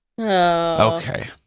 Okay